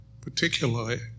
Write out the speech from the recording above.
particularly